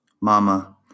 Mama